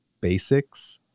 basics